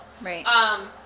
Right